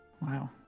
Wow